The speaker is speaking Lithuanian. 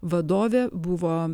vadovė buvo